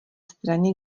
straně